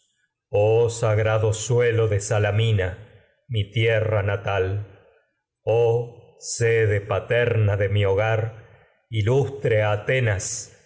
suelo sagrado paterna de salamina mi tierra natal oh sede de mi os hogar ilustre atenas